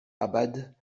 abad